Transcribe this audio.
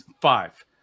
five